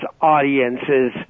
audiences